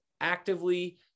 actively